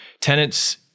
tenants